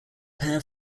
pair